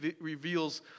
reveals